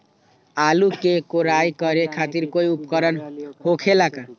आलू के कोराई करे खातिर कोई उपकरण हो खेला का?